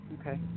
Okay